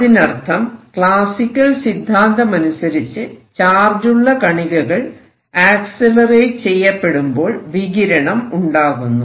അതിനർത്ഥം ക്ലാസിക്കൽ സിദ്ധാന്തം അനുസരിച്ച് ചാർജുള്ള കണികകൾ ആക്സിലറേറ്റ് ചെയ്യപ്പെടുമ്പോൾ വികിരണം ഉണ്ടാകുന്നു